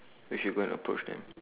we should go and approach them